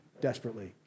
desperately